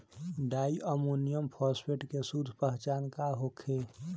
Di ammonium phosphate के शुद्ध पहचान का होखे?